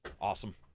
Awesome